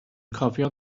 cofio